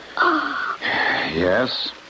Yes